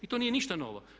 I to nije ništa novo.